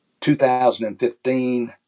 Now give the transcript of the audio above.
2015